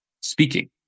speaking